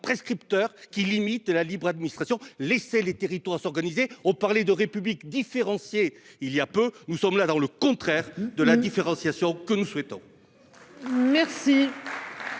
prescripteurs qui limite la libre administration laisser les territoires s'organiser on parlé de République différencier, il y a peu, nous sommes là dans le contraire de l'indifférenciation que nous souhaitons.